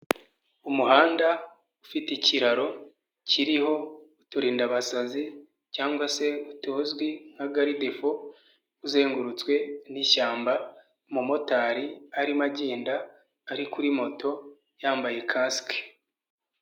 Umuhanda ufite ikiraro kiriho uturindabasazi cyangwa se utazwi nka garidefo uzengurutswe n'ishyamba umumotari arimo agenda ari kuri moto yambaye kasike.